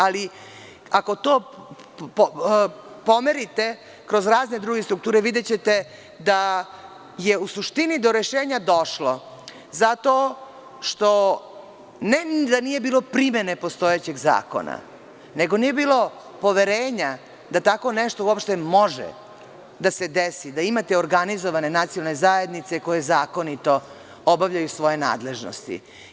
Ali, ako to pomerite kroz razne druge strukture, videćete da je u suštini do rešenja došlo zato što, ne da nije bilo primene postojećeg zakona, nego nije bilo poverenja da tako nešto uopšte može da se desi da imate organizovane nacionalne zajednice koje zakonito obavljaju svoje nadležnosti.